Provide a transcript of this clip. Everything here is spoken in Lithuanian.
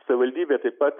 savivaldybė taip pat